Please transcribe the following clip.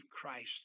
Christ